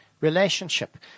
relationship